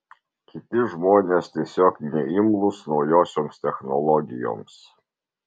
kiti žmonės tiesiog neimlūs naujosioms technologijoms